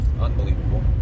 Unbelievable